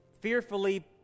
fearfully